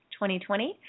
2020